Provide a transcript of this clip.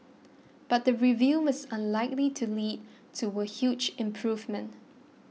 but the review is unlikely to lead to a huge improvement